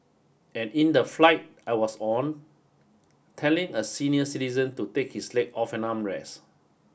and in the flight I was on telling a senior citizen to take his leg off an armrest